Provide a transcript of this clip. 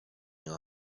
your